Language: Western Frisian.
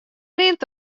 rint